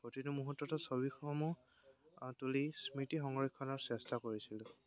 প্ৰতিটো মুহূৰ্তত ছবিসমূহ তুলি স্মৃতি সংৰক্ষণৰ চেষ্টা কৰিছিলোঁ